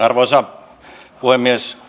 arvoisa puhemies